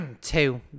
two